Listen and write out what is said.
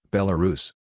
Belarus